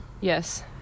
Yes